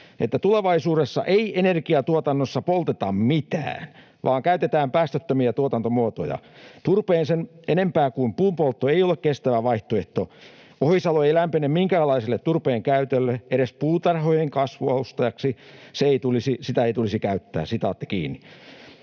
tulevaisuudessa ei energiantuotannossa polteta mitään vaan käytetään päästöttömiä tuotantomuotoja. Turpeen sen enempää kuin puun poltto ei ole kestävä vaihtoehto.” ”Ohisalo ei lämpene minkäänlaiselle turpeen käytölle. Edes puutarhojen kasvualustaksi sitä ei tulisi käyttää.” Myös